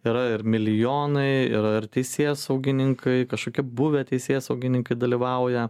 yra ir milijonai yra ir teisėsaugininkai kažkokie buvę teisėsaugininkai dalyvauja